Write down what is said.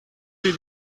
did